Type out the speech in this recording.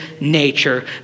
nature